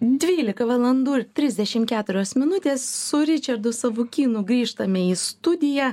dvylika valandų ir trisdešim keturios minutės su ričardu savukynu grįžtame į studiją